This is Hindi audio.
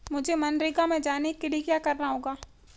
मुझे मनरेगा में जाने के लिए क्या करना होगा?